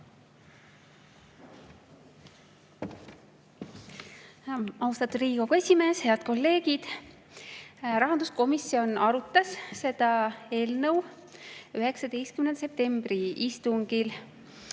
Austatud Riigikogu esimees! Head kolleegid! Rahanduskomisjon arutas eelnõu 19. septembri istungil.